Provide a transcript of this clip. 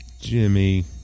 Jimmy